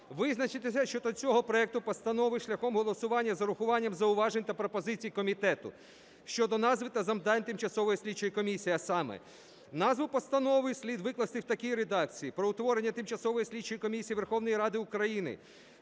визначитися щодо цього проекту постанови шляхом голосування з урахуванням зауважень та пропозицій комітету щодо назви та завдань тимчасової слідчої комісії. А саме: назву постанови слід викласти в такій редакції: "Про утворення Тимчасової слідчої комісії Верховної Ради України